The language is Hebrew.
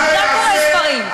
קורא ספרים.